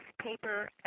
paper